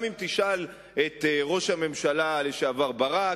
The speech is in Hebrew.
גם אם תשאל את ראש הממשלה לשעבר ברק,